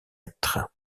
être